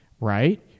right